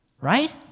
Right